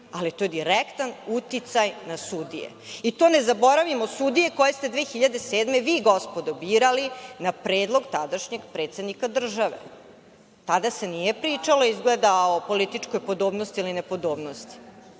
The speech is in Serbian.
ali je to direktan uticaj na sudije i to ne zaboravimo, na sudije koje ste vi 2007. godine birali na predlog tadašnjeg predsednika države. Tada se nije pričalo izgleda o političkoj podobnosti ili nepodobnosti. Smatram